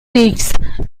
liszt